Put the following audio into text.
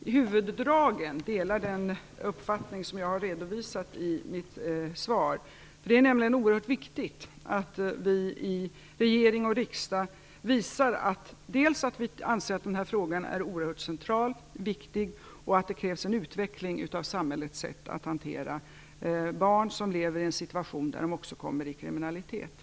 i huvuddragen delar den uppfattning som jag har redovisat i mitt svar. Det är nämligen oerhört viktigt att vi i regering och riksdag visar dels att vi anser att den här frågan är oerhört central och viktig, dels att det krävs en utveckling av samhällets sätt att hantera barn som lever i en situation där de också kommer i kriminalitet.